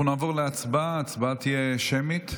אנחנו נעבור להצבעה, ההצבעה תהיה שמית.